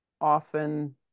often